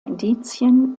indizien